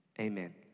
amen